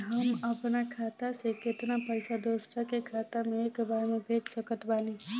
हम अपना खाता से केतना पैसा दोसरा के खाता मे एक बार मे भेज सकत बानी?